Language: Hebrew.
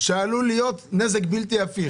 שעלול להיות בלתי הפיך,